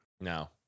No